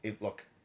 Look